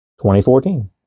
2014